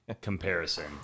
comparison